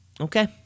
okay